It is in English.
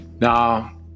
Now